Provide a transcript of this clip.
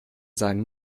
sein